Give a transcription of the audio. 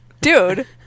dude